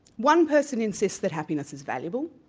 one person insists that happiness is valuable,